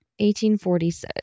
1846